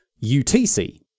UTC